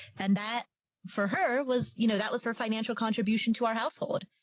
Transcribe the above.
and that for her was, you know, that was her financial contribution to our household.